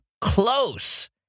close